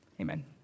amen